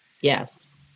Yes